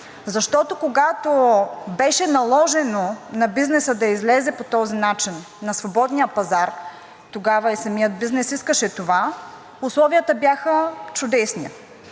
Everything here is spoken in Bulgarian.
защото, когато беше наложено на бизнеса да излезе по този начин на свободния пазар, тогава и самият бизнес искаше това, условията бяха чудесни,